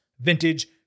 vintage